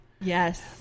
yes